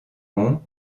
ont